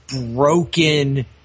broken